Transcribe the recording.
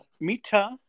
Mita